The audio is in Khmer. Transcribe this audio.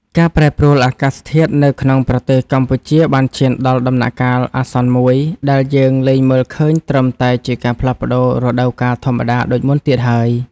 ការប្រែប្រួលអាកាសធាតុនៅក្នុងប្រទេសកម្ពុជាបានឈានដល់ដំណាក់កាលអាសន្នមួយ ដែលយើងលែងមើលឃើញត្រឹមតែជាការផ្លាស់ប្តូររដូវកាលធម្មតាដូចមុនទៀតហើយ។